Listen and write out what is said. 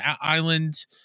Island